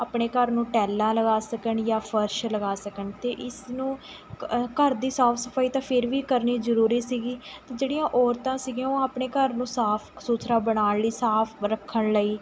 ਆਪਣੇ ਘਰ ਨੂੰ ਟੈਲਾਂ ਲਗਾ ਸਕਣ ਜਾਂ ਫਰਸ਼ ਲਗਾ ਸਕਣ ਅਤੇ ਇਸਨੂੰ ਘਰ ਦੀ ਸਾਫ਼ ਸਫ਼ਾਈ ਤਾਂ ਫੇਰ ਵੀ ਕਰਨੀ ਜ਼ਰੂਰੀ ਸੀਗੀ ਜਿਹੜੀਆਂ ਔਰਤਾਂ ਸੀਗੀਆਂ ਉਹ ਆਪਣੇ ਘਰ ਨੂੰ ਸਾਫ਼ ਸੁਥਰਾ ਬਣਾਉਣ ਲਈ ਸਾਫ਼ ਰੱਖਣ ਲਈ